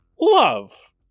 love